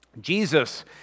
Jesus